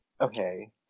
okay